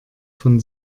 von